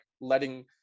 letting